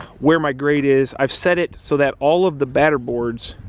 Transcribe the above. where my grade is i've set it so that all of the batter boards